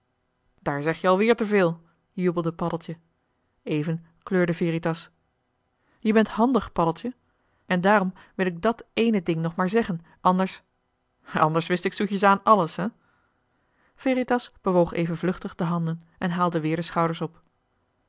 daar zeg je alweer te veel jubelde paddeltje even kleurde veritas je bent handig paddeltje en daarom wil ik dat ééne ding nog maar zeggen anders anders wist ik zoetjesaan alles hè veritas bewoog even vluchtig de handen en haalde weer de schouders op